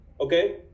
Okay